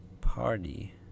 Party